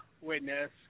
witness